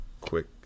quick